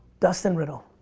dustin riddle.